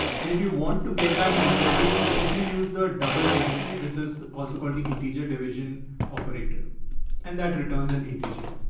and if you want to get back in indonesia, you simply use the double division. this is also called the integer division operator and that returns an in teacher.